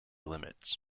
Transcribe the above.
limits